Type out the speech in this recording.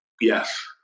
Yes